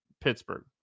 Pittsburgh